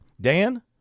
Dan